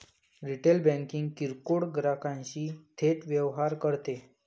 retail banking किरकोळ ग्राहकांशी थेट व्यवहार करते